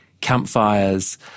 campfires